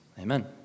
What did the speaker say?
amen